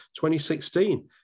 2016